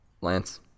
Lance